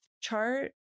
chart